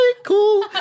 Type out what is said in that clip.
cool